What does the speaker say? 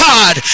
God